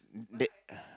that